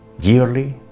yearly